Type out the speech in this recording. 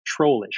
trollish